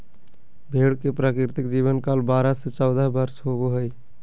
भेड़ के प्राकृतिक जीवन काल बारह से चौदह वर्ष होबो हइ